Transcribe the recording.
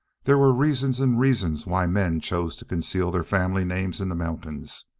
there were reasons and reasons why men chose to conceal their family names in the mountains,